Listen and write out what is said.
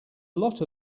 lot